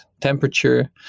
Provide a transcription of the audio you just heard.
temperature